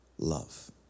love